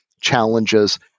challenges